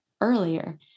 earlier